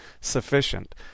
sufficient